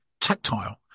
tactile